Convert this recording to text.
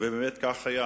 ובאמת כך היה.